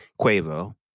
Quavo